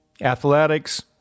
athletics